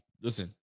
Listen